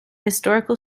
historical